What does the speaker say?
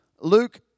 Luke